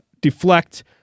deflect